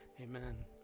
amen